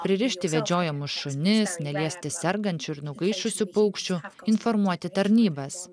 pririšti vedžiojamus šunis neleisti sergančių ir nugaišusių paukščių informuoti tarnybas